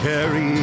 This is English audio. Carry